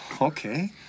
Okay